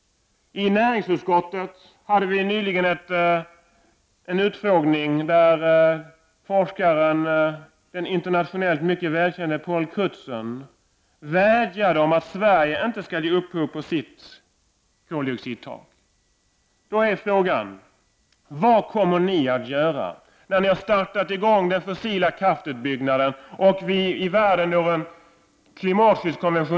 I näringsutskottet hade vi nyligen en utfrågning där den internationellt mycket kände forskaren Paul Crutzen vädjade om att Sverige inte skall ge upp sitt koldioxidtak. Då är frågan: Vad kommer ni att göra då ni har startat utbyggnaden av den fossila kraften och världen enas om en klimatskyddskonvention?